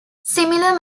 similar